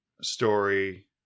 story